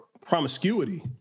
promiscuity